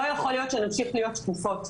לא יכול להיות שנמשיך להיות שקופות,